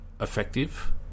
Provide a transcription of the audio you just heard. effective